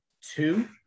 two